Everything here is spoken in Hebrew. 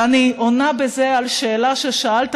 ואני עונה בזה על שאלה ששאלת,